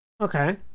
okay